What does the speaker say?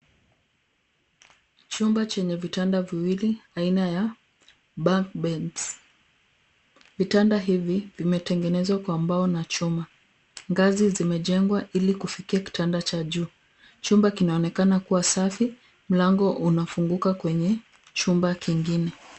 Chumba chenye vitanda viwili aina ya bunk beds . Vitanda hivi vimetengenezwa kwa mbao na chuma. Ngazi zimejengwa ili kufikia kitanda cha juu. Chumba kinaonekana kuwa safi. Mlango unafunguka kwenye chumba kingine.